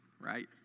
right